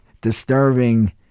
disturbing